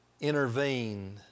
Intervene